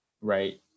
right